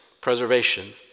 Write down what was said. preservation